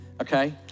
Okay